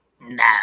no